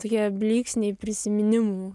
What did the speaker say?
tokie blyksniai prisiminimų